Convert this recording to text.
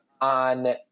on